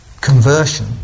conversion